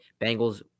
Bengals